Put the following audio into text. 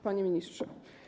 Panie Ministrze!